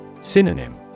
Synonym